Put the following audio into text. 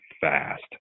fast